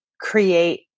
create